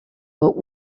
but